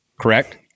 Correct